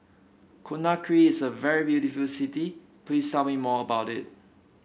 Conakry is a very beautiful city please tell me more about it